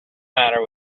matter